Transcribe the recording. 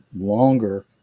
longer